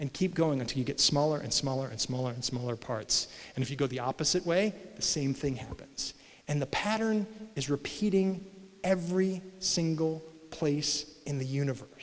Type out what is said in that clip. and keep going until you get smaller and smaller and smaller and smaller parts and if you go the opposite way the same thing happens and the pattern is repeating every single place in the universe